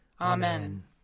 Amen